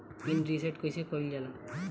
Pin reset कईसे करल जाला?